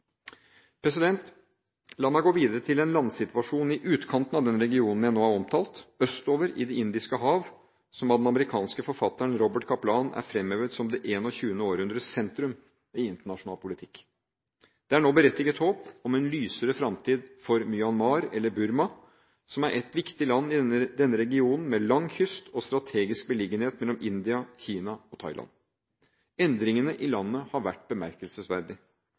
La meg gå videre til en landsituasjon i utkanten av den regionen jeg nå har omtalt, østover i Det indiske hav, som av den amerikanske forfatteren Robert Kaplan er fremhevet som det 21. århundres sentrum i internasjonal politikk. Det er nå berettiget håp om en lysere fremtid for Myanmar, eller Burma, som er et viktig land i denne regionen, med lang kyst og strategisk beliggenhet mellom India, Kina og Thailand. Endringene i landet har vært